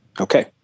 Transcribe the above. okay